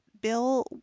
bill